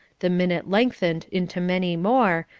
the minute lengthened into many more,